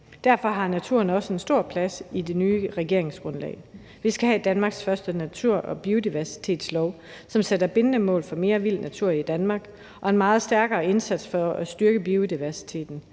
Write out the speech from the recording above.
Derfor har naturen også en stor plads i det nye regeringsgrundlag. Vi skal have Danmarks første natur- og biodiversitetslov, som sætter bindende mål for mere vild natur i Danmark og en meget stærkere indsats for at styrke biodiversiteten.